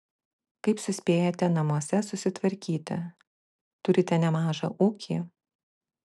kaip suspėjate namuose susitvarkyti turite nemažą ūkį